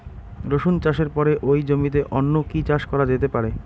রসুন চাষের পরে ওই জমিতে অন্য কি চাষ করা যেতে পারে?